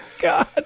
God